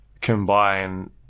combine